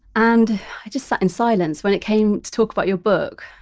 and i just sat in silence when it came to talk about your book.